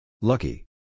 Lucky